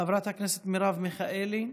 חברת הכנסת מרב מיכאלי,